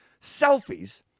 selfies